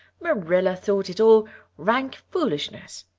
marilla thought it all rank foolishness.